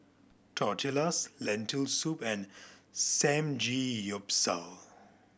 Tortillas Lentil Soup and Samgeyopsal